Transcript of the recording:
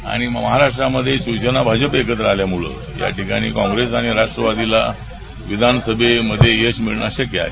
आणि महाराष्ट्रामध्ये शिवसेना भाजपा एकत्र आल्यामुळं या ठिकाणी कॉंग्रेस आणि राष्ट्रवादीला विधानसभेमध्ये यश मिळणं अशक्य आहे